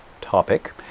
topic